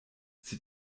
sie